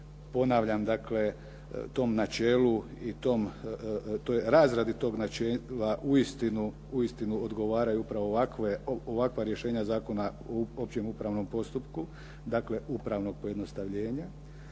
toj razradi tog načela uistinu odgovaraju upravo ovakva rješenja Zakona o općem upravnom postupku, dakle upravnog pojednostavljenja.